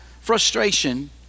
frustration